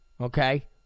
Okay